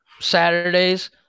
Saturdays